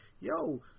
yo